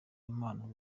impano